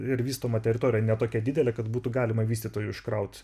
ir vystoma teritorija ne tokia didelė kad būtų galima vystytojui užkraut